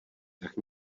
tak